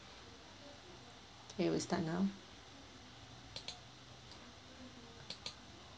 okay we start now